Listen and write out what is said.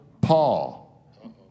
Paul